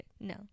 No